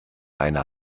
einer